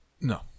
No